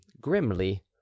grimly